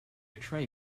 tray